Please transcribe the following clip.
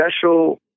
special